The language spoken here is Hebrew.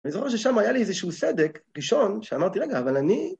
ואני זוכר ששם היה לי איזשהו סדק ראשון שאמרתי, רגע, אבל אני...